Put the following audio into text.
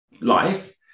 life